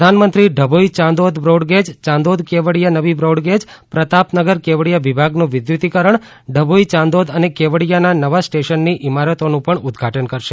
પ્રધાનમંત્રી ડભોઈ ચાંદોદ બ્રોડગેજ ચાંદોદ કેવડિયા નવી બ્રોડગેજ પ્રતાપનગર કેવડિયા વિભાગનું વિદ્યુતિકરણ ડભોઈ ચાંદોદ અને કેવડિયાના નવા સ્ટેશનની ઇમારતોનું પણ ઉદઘાટન કરશે